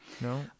No